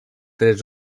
tres